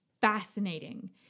fascinating